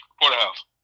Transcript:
Porterhouse